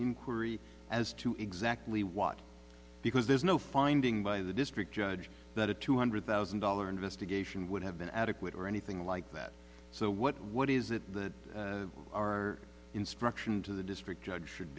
inquiry as to exactly what because there's no finding by the district judge that a two hundred thousand dollar investigation would have been adequate or anything like that so what what is it that our instruction to the district judge should